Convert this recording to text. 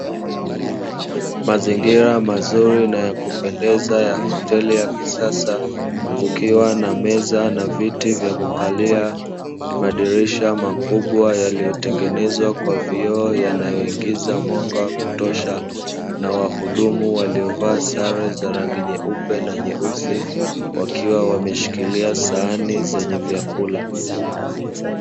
Mazingira mazuri na ya kupendeza ya hoteli ya kisasa kukiwa na meza na viti vya kukalia, madirisha makubwa yaliyo tengenezwa kwa vioo yanayoingiza mwanga wa kutosha na wahudumu waliovaa sare za rangi nyeupe na nyeusi wakiwa wameshikilia sahani zenye vyakula.